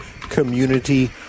community